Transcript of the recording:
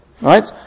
right